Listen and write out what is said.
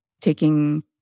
taking